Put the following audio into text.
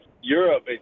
Europe